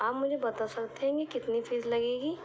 آپ مجھے بتا سکتے ہیں کہ کتنی فیس لگے گی